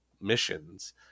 missions